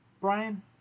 Brian